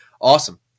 Awesome